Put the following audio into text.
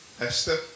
Esther